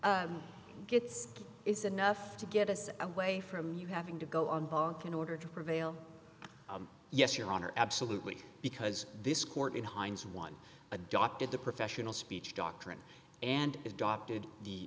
for gets is enough to get us away from you having to go on in order to prevail yes your honor absolutely because this court in hines one adopted the professional speech doctrine and adopted the